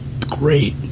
great